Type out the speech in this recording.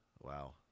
Wow